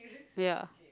ya